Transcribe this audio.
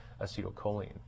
acetylcholine